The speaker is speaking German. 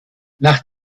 nach